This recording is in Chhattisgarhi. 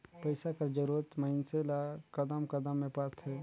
पइसा कर जरूरत मइनसे ल कदम कदम में परथे